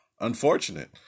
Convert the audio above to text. unfortunate